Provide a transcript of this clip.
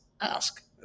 ask